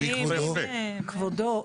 כבודו,